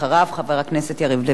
חבר הכנסת דב חנין,